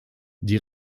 die